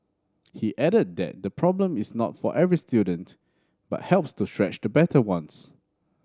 he added that the problem is not for every student but helps to stretch the better ones